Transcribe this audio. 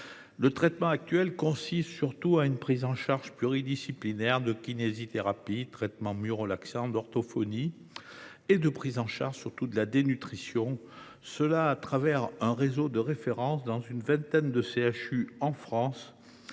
Le traitement actuel consiste surtout en une prise en charge pluridisciplinaire – kinésithérapie, traitement myorelaxant, orthophonie – et une prise en charge de la dénutrition, et ce au travers d’un réseau de référence dans une vingtaine de CHU en France,